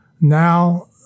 now—